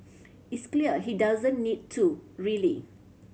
it's clear she doesn't need to really